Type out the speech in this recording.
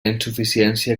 insuficiència